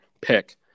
pick